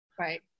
Right